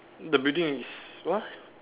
the building is what